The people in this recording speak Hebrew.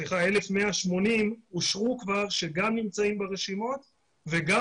1,180 אושרו שגם נמצאים ברשימות וגם